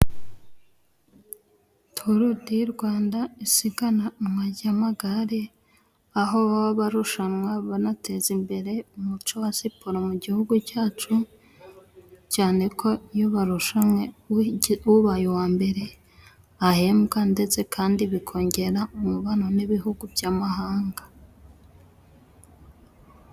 Torudirwanda, isiganwa ry'agemagare aho baba barushanwa banateza imbere umuco wa siporo mu gihugu cyacu, cyane ko iyo barushanwe, ubaye uwa mbere ahembwa ndetse kandi bikongera umubano n'ibihugu by'amahanga.